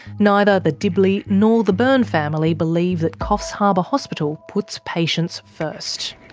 neither the dibley nor the byrne family believes that coffs harbour hospital puts patients first.